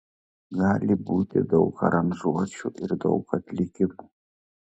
gali būti daug aranžuočių ir daug atlikimų